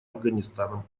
афганистаном